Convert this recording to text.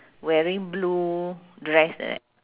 wearing blue dress right